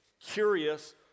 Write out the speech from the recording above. curious